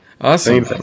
Awesome